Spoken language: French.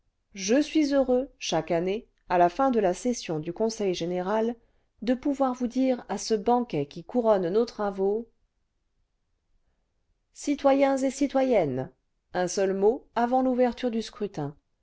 je suis heureux chaque année à la fin de la session dn conseil général de pouvoir vous dire à ce banquet qui couronne nos travaux citoyens et citoyennes un seul mot avant l'ouverture du scrutin